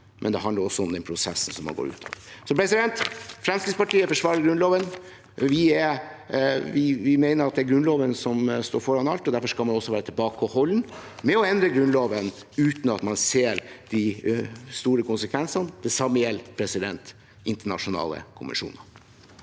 Det handler også om den prosessen som man går ut av. Fremskrittspartiet forsvarer Grunnloven. Vi mener at det er Grunnloven som står foran alt, og derfor skal man også være tilbakeholden med å endre Grunnloven uten å se de store konsekvensene. Det samme gjelder internasjonale konvensjoner.